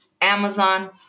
Amazon